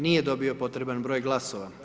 Nije dobio potreban broj glasova.